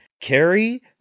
Carrie